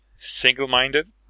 single-minded